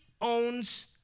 owns